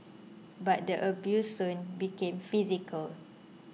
but the abuse soon became physical